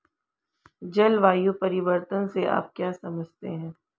जलवायु परिवर्तन से आप क्या समझते हैं?